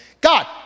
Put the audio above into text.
God